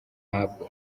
ntabwo